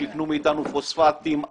יקנו מאתנו פופסטים,